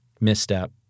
misstep